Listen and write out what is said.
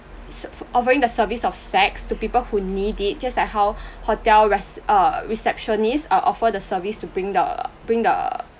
is offering the service of sex to people who need it just like how hotel res~ err receptionist uh offer the service to bring the bring the